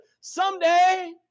someday